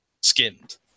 skinned